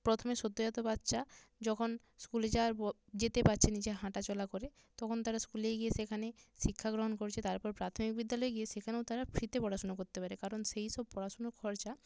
প্রথমে সদ্যোজাত বাচ্চা যখন স্কুলে যাওয়ার প যেতে পাচ্ছে নিজে হাঁটা চলা করে তখন তারা স্কুলে গিয়ে সেখানে শিক্ষা গ্রহণ করছে তারপর প্রাথমিক বিদ্যালয়ে গিয়ে সেখানেও তারা ফ্রিতে পড়াশুনা করতে পারে কারণ সেই সব পড়াশুনোর খরচা